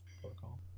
protocol